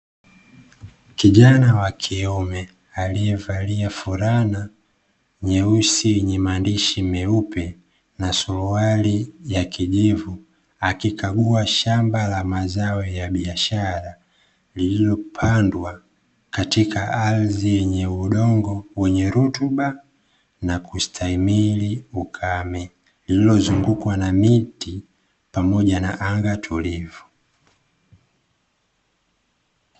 Kijana wakiume aliyevalia fulana nyeusi yenye maandishi meupe na suruali ya kijivu, akikagua shamba la mazao ya biashara lililopandwa katika ardhi yenye udongo wenye rutuba na kustahimili ukame; lililozungukwa na miti pamoja na anga tulivu.